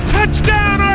Touchdown